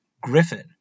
Griffin